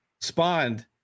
spawned